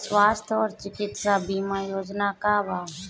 स्वस्थ और चिकित्सा बीमा योजना का बा?